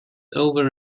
over